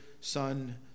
son